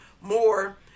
more